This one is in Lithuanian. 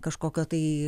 kažkokio tai